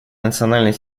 национальной